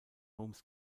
holmes